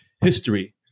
history